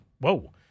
Whoa